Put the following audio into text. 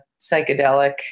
psychedelic